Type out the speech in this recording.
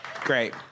Great